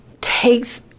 takes